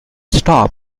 stop